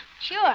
Sure